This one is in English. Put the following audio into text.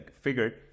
figured